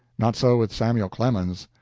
not so with samuel clemens.